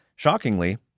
Shockingly